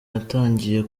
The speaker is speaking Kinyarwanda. yatangiye